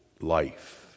life